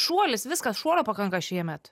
šuolis viskas šuolio pakanka šiemet